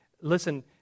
Listen